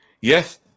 yes